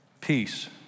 peace